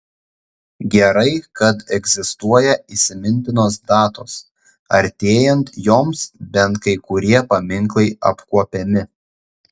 gerai kad egzistuoja įsimintinos datos artėjant joms bent kai kurie paminklai apkuopiami